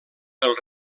del